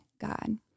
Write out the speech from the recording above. God